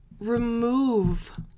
remove